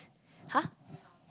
!huh!